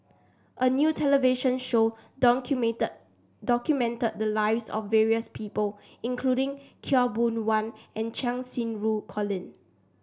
a new television show documented the lives of various people including Khaw Boon Wan and Cheng Xinru Colin